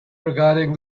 regarding